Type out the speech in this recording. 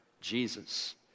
Jesus